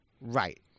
Right